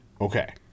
Okay